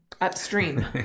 upstream